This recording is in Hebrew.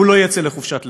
הוא לא יצא לחופשת לידה.